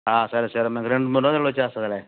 సరే సరే మీకు రెండు మూడు రోజుల్లో వచ్చేస్తుందిలే